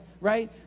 right